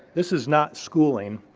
this is not schooling.